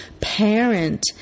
parent